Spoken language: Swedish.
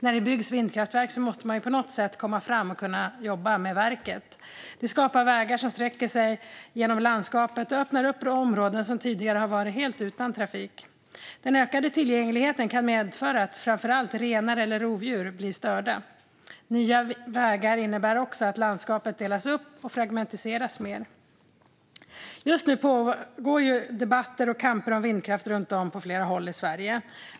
När det byggs vindkraftverk måste man på något sätt komma fram och kunna jobba med verket. Det skapar vägar som sträcker sig genom landskapet och öppnar upp områden som tidigare varit helt utan trafik. Den ökade tillgängligheten kan medföra att framför allt renar eller rovdjur blir störda. Nya vägar innebär också att landskapet delas upp och fragmentiseras mer. Just nu pågår debatter och kamper om vindkraft runt om på flera håll i Sverige.